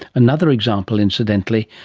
another example, incidentally,